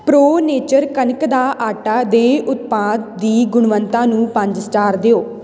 pro nature ਕਣਕ ਦਾ ਆਟਾ ਦੇ ਉਤਪਾਦ ਦੀ ਗੁਣਵੱਤਾ ਨੂੰ ਪੰਜ ਸਟਾਰ ਦਿਓ